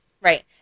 Right